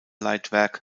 leitwerk